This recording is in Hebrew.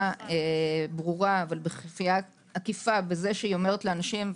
ברורה אלא בכפייה עקיפה בזה שאומרת לאנשים,